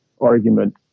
argument